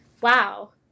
Wow